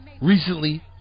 recently